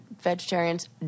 vegetarians